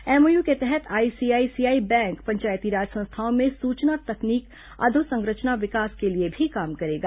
MOU के तहत ICICI bank panchayati raj संस्थाओं में सूचना तकनीक अधोसंरचना विकास के लिए भी काम करेगा